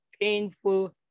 painful